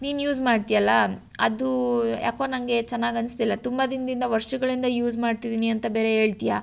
ನೀನು ಯೂಸ್ ಮಾಡ್ತಿಯಲ್ಲ ಅದು ಯಾಕೋ ನನಗೆ ಚೆನ್ನಾಗಿ ಅನಿಸ್ತಿಲ್ಲ ತುಂಬ ದಿನದಿಂದ ವರ್ಷಗಳಿಂದ ಯೂಸ್ ಮಾಡ್ತಿದ್ದೀನಿ ಅಂತ ಬೇರೆ ಹೇಳ್ತ್ಯಾ